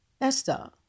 Esther